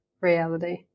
reality